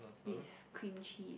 with cream cheese